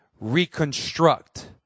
reconstruct